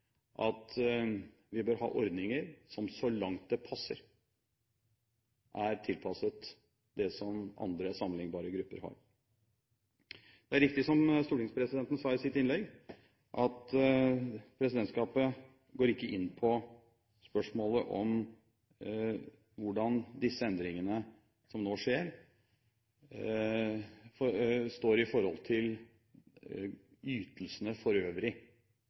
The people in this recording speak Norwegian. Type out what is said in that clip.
at vi bør ha ordninger som, så langt det passer, er tilpasset det som andre sammenlignbare grupper har. Det er riktig, som stortingspresidenten sa i sitt innlegg, at presidentskapet går ikke inn på spørsmålet om hvordan disse endringene som nå skjer, står i forhold til de øvrige ytelsene